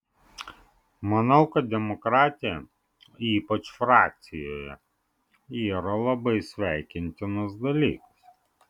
manau kad demokratija ypač frakcijoje yra labai sveikintinas dalykas